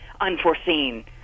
unforeseen